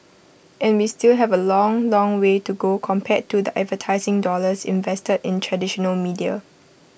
and we still have A long long way to go compared to the advertising dollars invested in traditional media